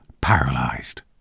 paralysed